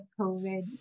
COVID